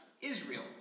Israel